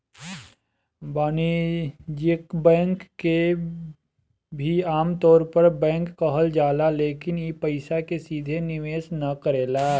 वाणिज्यिक बैंक के भी आमतौर पर बैंक कहल जाला लेकिन इ पइसा के सीधे निवेश ना करेला